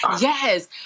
Yes